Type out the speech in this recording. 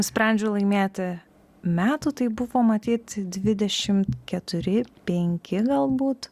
nusprendžiau laimėti metų tai buvo matyt dvidešimt keturi penki galbūt